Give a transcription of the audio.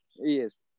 Yes